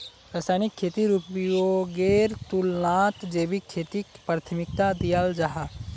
रासायनिक खेतीर उपयोगेर तुलनात जैविक खेतीक प्राथमिकता दियाल जाहा